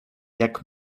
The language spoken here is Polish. jak